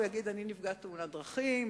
הוא יגיד: אני נפגע תאונת דרכים?